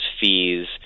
fees